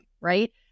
right